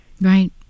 Right